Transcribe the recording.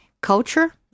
culture